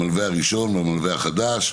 המלווה הראשון והמלווה החדש,